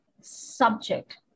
subject